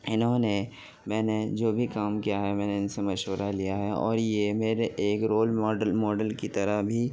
انہوں نے میں نے جو بھی کام کیا ہے میں نے ان سے مشورہ لیا ہے اور یہ میرے ایک رول ماڈل ماڈل کی طرح بھی